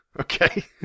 Okay